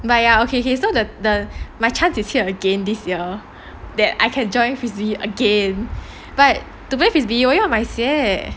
but ya okay okay so the the my chance is here again this year that I can join frisbee again but to play frisbee 我要买鞋